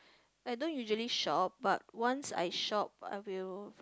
I don't usually shop but once I shop I will